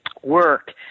work